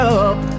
up